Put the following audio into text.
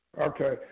okay